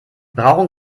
brauchen